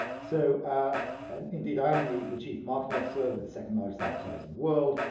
so ah and indeed i am the the chief marketing officer, we're the second largest advertiser world,